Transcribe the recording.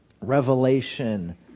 revelation